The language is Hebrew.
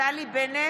נפתלי בנט,